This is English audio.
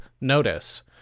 notice